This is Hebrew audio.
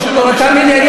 תאמין לי,